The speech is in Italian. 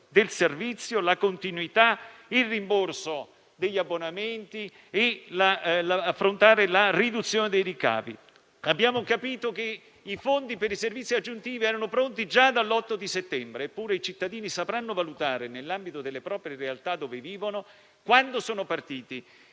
del servizio, la continuità, il rimborso degli abbonamenti e la capacità di affrontare la riduzione dei ricavi. Abbiamo capito che i fondi per i servizi aggiuntivi erano pronti già dall'8 settembre scorso. Eppure, i cittadini sapranno valutare, nell'ambito delle realtà dove vivono, quando sono partiti